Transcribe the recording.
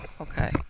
Okay